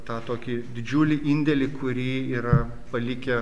tą tokį didžiulį indėlį kurį yra palikę